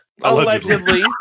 Allegedly